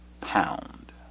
pound